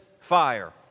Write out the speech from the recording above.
fire